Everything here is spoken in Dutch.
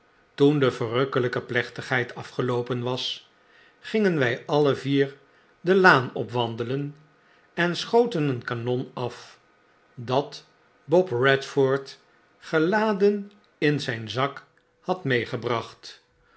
toen de verrukkelyke plechtigheid afgeloopen was gingen wij alle vier de laan opwandelen en schoten een kanon af dat bob redforth geladen in zijn zak had meegebracht